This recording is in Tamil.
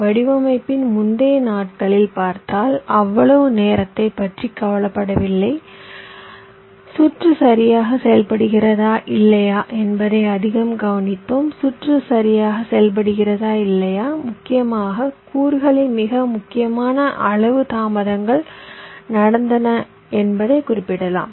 வடிவமைப்பின் முந்தைய நாட்களில் பார்த்ததால் அவ்வளவு நேரத்தைப் பற்றி கவலைப்படவில்லை சுற்று சரியாகச் செயல்படுகிறதா இல்லையா என்பதை அதிகம் கவனித்தோம் சுற்று சரியாகச் செயல்படுகிறதா இல்லையா முக்கியமாக கூறுகளை மிக முக்கியமான அளவு தாமதங்கள் நடந்தன என்பதை குறிப்பிடலாம்